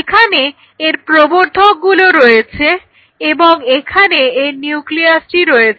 এখানে এর প্রবর্ধকগুলো রয়েছে এবং এখানে এর নিউক্লিয়াসটি রয়েছে